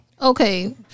okay